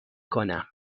کنم